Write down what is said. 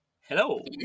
Hello